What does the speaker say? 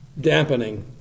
Dampening